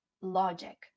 logic